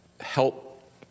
help